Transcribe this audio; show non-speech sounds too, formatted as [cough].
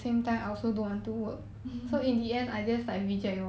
[laughs] ya